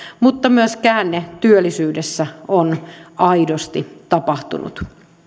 mutta myös käänne työllisyydessä on aidosti tapahtunut